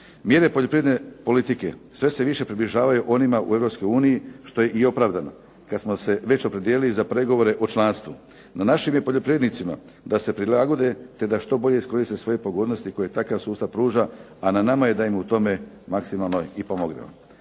Mjere poljoprivredne politike sve se više približavaju onima u Europskoj uniji što je i opravdano kad smo se već opredijelili za pregovore o članstvu. Na našim je poljoprivrednicima da se prilagode te da što bolje iskoriste svoje pogodnosti koje takav sustav pruža a na nama je da im u tome maksimalno i pomognemo.